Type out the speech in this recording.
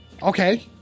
Okay